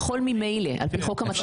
אבל ברור